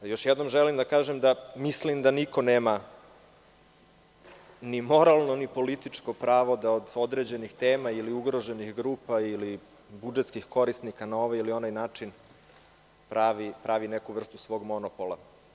Još jednom želim da kažem da mislim da niko nema ni moralno, ni političko pravo da od određenih tema ili ugroženih grupa ili budžetskih korisnika na ovaj ili onaj način pravi neku vrstu svog monopola.